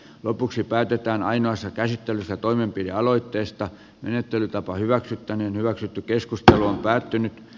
lopuksi päätetään ainoassa käsittelyssä toimenpidealoitteesta menettelytapa hyväksyttäneen hyväksytty keskustelu on päättynyt